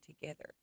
together